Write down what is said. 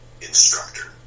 instructor